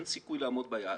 אין סיכוי לעמוד ביעד.